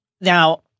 Now